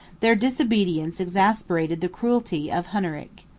their disobedience exasperated the cruelty of hunneric.